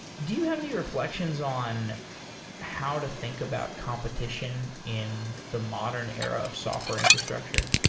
do you have any reflections on how to think about competition in the modern era of software infrastructure?